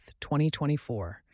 2024